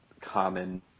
common